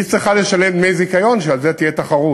היא צריכה לשלם דמי זיכיון, שעל זה תהיה תחרות.